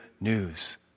news